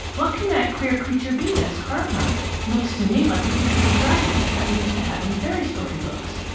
what can that queer creature be that's carved on it? looks to me like the pictures of dragons that we used to have in fairy-story books.